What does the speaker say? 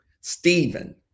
Stephen